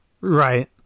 Right